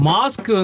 Mask